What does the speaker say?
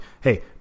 hey